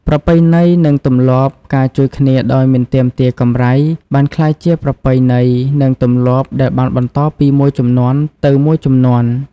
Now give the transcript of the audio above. ប្រពៃណី និងទម្លាប់ ការជួយគ្នាដោយមិនទាមទារកម្រៃ បានក្លាយជាប្រពៃណី និងទម្លាប់ដែលបានបន្តពីមួយជំនាន់ទៅមួយជំនាន់។